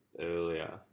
earlier